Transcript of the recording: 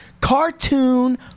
cartoon